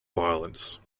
violence